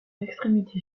extrémité